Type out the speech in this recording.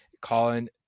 Colin